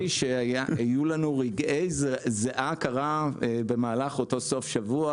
תאמין לי שהיו לנו רגעי זיעה קרה במהלך אותו סוף שבוע,